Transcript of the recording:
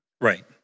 Right